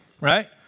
right